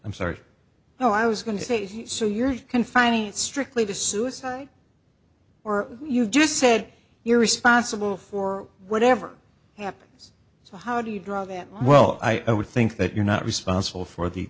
i'm sorry no i was going to say so you're confining strictly to suicide or you just said you're responsible for whatever happens so how do you draw that line well i would think that you're not responsible for the